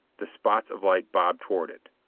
the spots of light bobbed toward it.